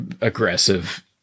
aggressive